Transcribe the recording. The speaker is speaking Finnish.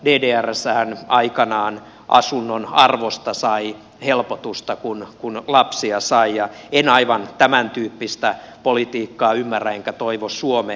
ddrssähän aikanaan asunnon arvosta sai helpotusta kun lapsia sai ja en aivan tämäntyyppistä politiikkaa ymmärrä enkä toivo suomeen